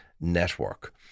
network